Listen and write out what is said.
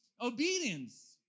obedience